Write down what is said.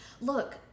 Look